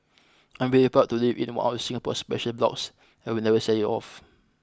I'm very proud to live in one of Singapore's special blocks and will never sell it off